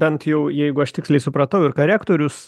bent jau jeigu aš tiksliai supratau ir ką rektorius